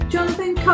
Jonathan